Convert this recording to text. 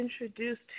introduced